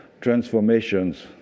transformations